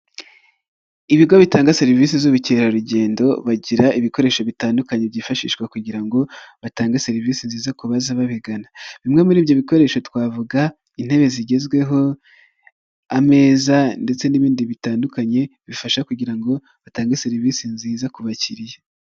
Ibigo bitanga serivisi z'ubukerarugendo, bagira ibikoresho bitandukanye byifashishwa kugira ngo batange serivisi nziza ku abaza babigana, bimwe muri ibyo bikoresho twavuga, intebe zigezweho ameza ndetse n'ibindi bitandukanye bifasha kugira ngo, batange serivisi nziza ku bakiriya.